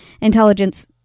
intelligence